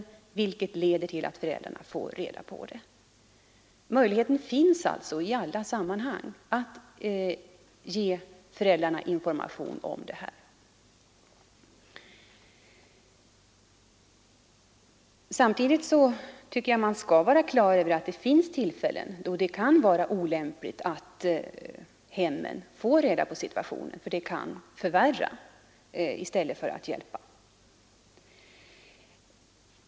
Det leder i så fall till att föräldrarna blir informerade. Möjligheten att ge föräldrarna information finns alltså. Men samtidigt skall man vara på det klara med att det finns tillfällen då det kan vara olämpligt att familjen får kännedom om situationen, ty det kan förvärra i stället för att hjälpa.